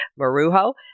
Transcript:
Marujo